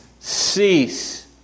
cease